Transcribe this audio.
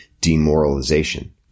demoralization